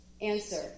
Answer